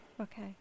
Okay